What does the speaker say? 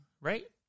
Right